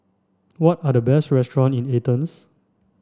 what are the best restaurant in Athens